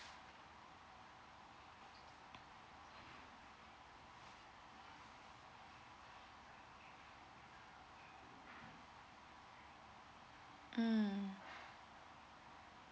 mm